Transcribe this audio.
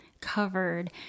covered